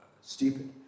stupid